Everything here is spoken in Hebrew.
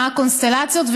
מה הקונסטלציות,